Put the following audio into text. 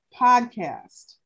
Podcast